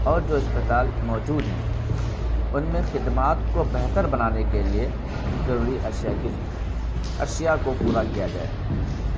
اور جو اسپتال موجود ہیں ان میں خدمات کو بہتر بنانے کے لیے ضروری اشیا کی اشیا کو پورا کیا جائے